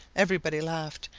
everybody laughed,